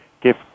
Give